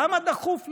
למה דחוף לענות,